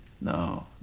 no